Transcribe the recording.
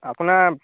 আপোনাৰ